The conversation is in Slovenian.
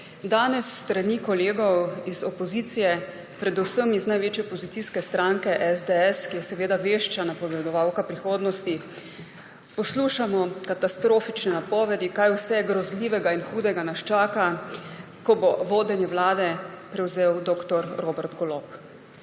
Danes s strani kolegov iz opozicije, predvsem iz največje opozicijske stranke SDS, ki je seveda vešča napovedovalka prihodnosti, poslušamo katastrofične napovedi, kaj vse grozljivega in hudega nas čaka, ko bo vodenje Vlade prevzel dr. Robert Golob.